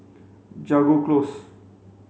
Jago Close